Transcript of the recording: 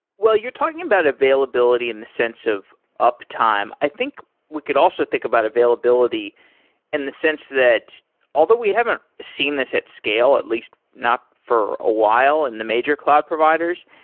well, you're talking about availability in the sense of up time. i think we could also think about availability in the sense that although we haven't seen this at scale, at least not for a while in the major cloud providers.